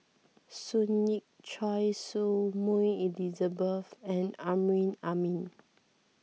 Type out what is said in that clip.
Sun Yee Choy Su Moi Elizabeth and Amrin Amin